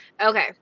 Okay